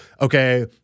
Okay